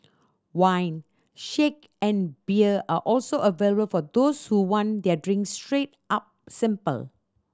wine sake and beer are also available for those who want their drinks straight up simple